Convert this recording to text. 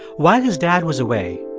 while his dad was away,